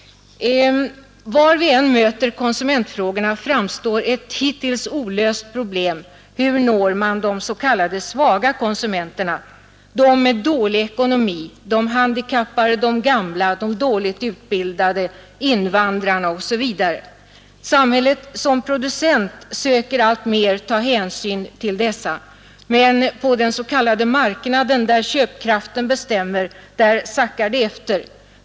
Var vi än möter konsumentfrågorna framstår ett hittills olöst problem: hur når man de s.k. svaga konsumenterna, de med dålig ekonomi, de handikappade, de gamla, de dåligt utbildade, invandrarna osv.? Samhället som producent söker alltmer ta hänsyn till de konsumenterna, men på den s.k. marknaden där köpkraften bestämmer sackar det efter.